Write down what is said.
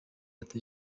ati